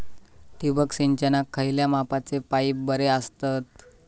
ठिबक सिंचनाक खयल्या मापाचे पाईप बरे असतत?